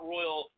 Royal